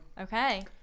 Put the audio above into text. okay